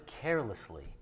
carelessly